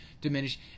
diminish